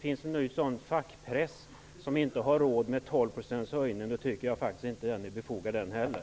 Finns det någon fackpress som inte har råd med en 12 % höjning, tycker jag faktiskt inte att den är befogad heller.